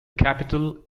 capital